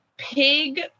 pig